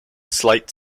slight